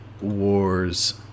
Wars